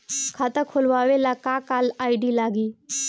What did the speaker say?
खाता खोलाबे ला का का आइडी लागी?